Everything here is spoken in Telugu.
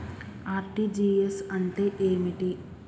ఆర్.టి.జి.ఎస్ అంటే ఏమిటి?